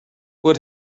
what